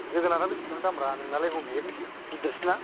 जोगोनारा बिसिबां दामब्रा नोंनालाय ह'बैयो गिदिरसिना